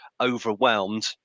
overwhelmed